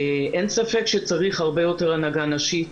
אין ספק שצריך הרבה יותר הנהגה נשית.